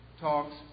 talks